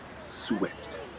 Swift